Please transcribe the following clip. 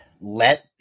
let